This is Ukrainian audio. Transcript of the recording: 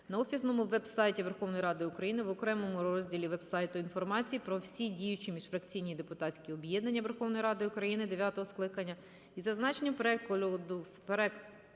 на офіційному веб-сайті Верховної Ради України в окремому розділі веб-сайту інформації про всі діючі міжфракційні депутатські об'єднання Верховної Ради України дев'ятого скликання, із зазначенням переліку